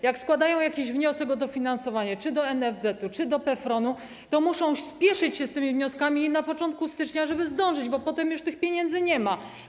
Jak mają składać jakiś wniosek o dofinansowanie czy do NFZ-u, czy do PFRON-u, to muszą śpieszyć się z tymi wnioskami na początku stycznia, żeby zdążyć, bo potem już tych pieniędzy nie ma.